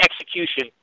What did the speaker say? execution